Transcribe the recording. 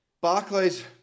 Barclays